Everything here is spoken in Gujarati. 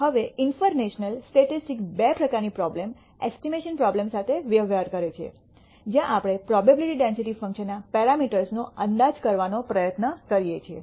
હવે ઇન્ફરેન્શલ સ્ટેટિસ્ટિક્સ બે પ્રકારની પ્રોબ્લેમ એસ્ટિમેશન પ્રોબ્લેમ સાથે વ્યવહાર કરે છે જ્યાં આપણે પ્રોબેબીલીટી ડેન્સિટી ફંકશનના પેરામીટર્સનો અંદાજ કરવાનો પ્રયત્ન કરીએ છીએ